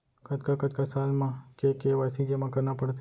कतका कतका साल म के के.वाई.सी जेमा करना पड़थे?